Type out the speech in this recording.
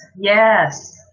Yes